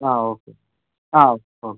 ആ ഓക്കേ ആ